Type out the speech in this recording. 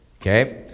Okay